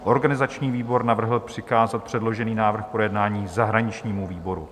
Organizační výbor navrhl přikázat předložený návrh k projednání zahraničnímu výboru.